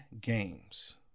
games